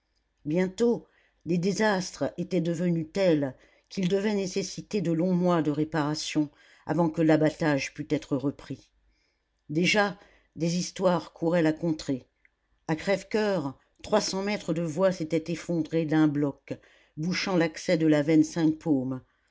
bientôt les désastres étaient devenus tels qu'ils devaient nécessiter de longs mois de réparation avant que l'abattage pût être repris déjà des histoires couraient la contrée à crèvecoeur trois cents mètres de voie s'étaient effondrés d'un bloc bouchant l'accès de la